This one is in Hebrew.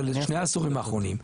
של שני עשורים אחרונים,